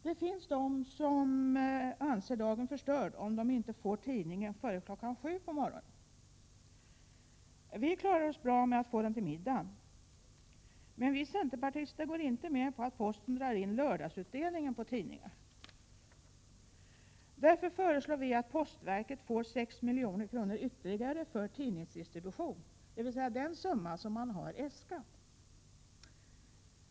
Det finns de som anser att dagen är förstörd om de inte får tidningen före klockan sju på morgonen. Vi klarar oss bra med att få den till middagen, men vi centerpartister går inte med på att posten drar in lördagsutdelningen av tidningar. Därför föreslår vi att postverket får 6 milj.kr. ytterligare för tidningsdistribution, dvs. den summa som verket äskat.